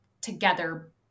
together